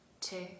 two